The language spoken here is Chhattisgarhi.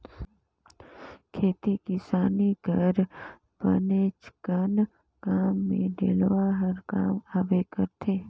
खेती किसानी कर बनेचकन काम मे डेलवा हर काम आबे करथे